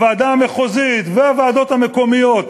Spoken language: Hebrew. הוועדה המחוזית והוועדות המקומיות,